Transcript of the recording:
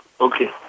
Okay